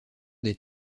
des